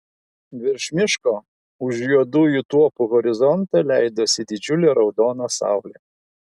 virš miško už juodųjų tuopų horizonte leidosi didžiulė raudona saulė